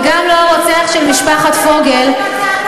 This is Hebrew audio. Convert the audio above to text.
וגם לא רוצח של משפחת פוגל.